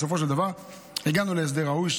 בסופו של דבר הגענו להסדר ראוי,